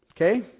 Okay